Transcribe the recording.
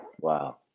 wow